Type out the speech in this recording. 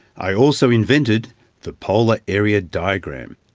i also invented the polar area diagram,